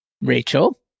Rachel